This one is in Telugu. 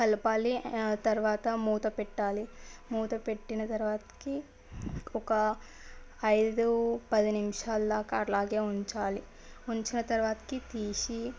కలపాలి తరువాత మూత పెట్టాలి మూత పెట్టిన తరువాతకి ఒక ఐదు పది నిమిషాల దాకా అట్లాగే ఉంచాలి ఉంచిన తరువాతకి తీసి